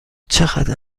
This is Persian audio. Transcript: چقدر